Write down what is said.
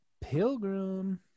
pilgrim